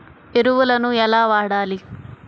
ఎరువులను ఎలా వాడాలి?